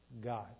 God